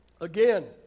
Again